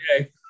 okay